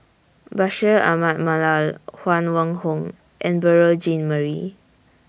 Bashir Ahmad Mallal Huang Wenhong and Beurel Jean Marie